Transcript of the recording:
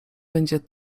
będzie